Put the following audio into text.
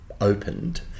opened